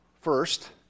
first